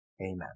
Amen